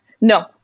No